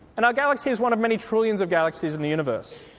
and our galaxy is one of many trillions of galaxies in the universe.